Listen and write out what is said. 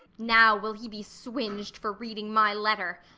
now will he be swing'd for reading my letter.